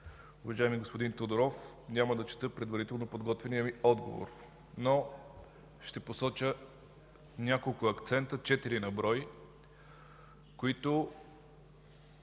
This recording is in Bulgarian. Уважаеми господин Тодоров, няма да чета предварително подготвеният ми отговор, но ще посоча няколко акцента – четири на брой, които